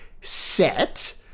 set